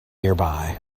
nearby